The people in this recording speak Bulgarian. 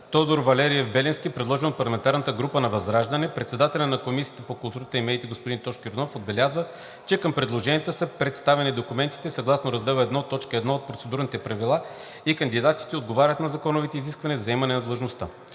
Тодор Валериев Беленски, предложен от парламентарната група на ВЪЗРАЖДАНЕ. Председателят на Комисията по културата и медиите господин Тошко Йорданов отбеляза, че към предложенията са представени документите съгласно Раздел I, т. 1 от Процедурните правила и кандидатите отговарят на законовите изисквания за заемане на длъжността.